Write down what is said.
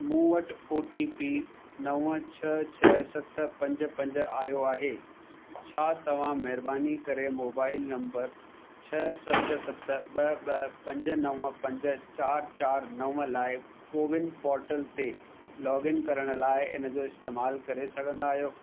मूं वटि O T P नव छह छ्ह सत पंज पंज आयो आहे छा तव्हां महिरबानी करे मोबाइल नंबर छह सत सत ॿ ॿ पंज नव पंज चारि चारि नव लाइ कोविन पोर्टल ते लोगइन करण लाइ इनजो इस्तेमालु करे सघंदा आहियो